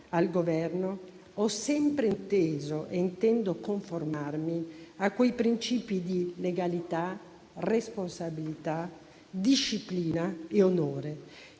al Governo ho sempre inteso e intendo conformarmi a quei principi di legalità, responsabilità, disciplina e onore